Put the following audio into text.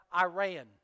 Iran